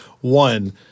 One